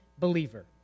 believer